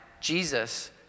Jesus